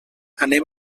anem